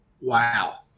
Wow